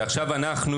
ועכשיו אנחנו